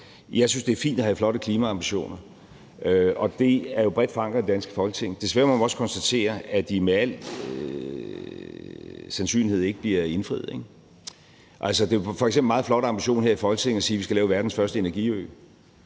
Jeg synes, det er fint at have flotte klimaambitioner, og det er jo bredt forankret i det danske Folketing. Man må desværre også konstatere, at de med al sandsynlighed ikke bliver indfriet, ikke? Det er f.eks. en meget flot ambition her i Folketinget at sige, at vi skal lave verdens første energiø.